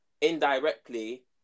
indirectly